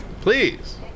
please